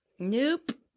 Nope